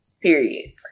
Period